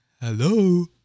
hello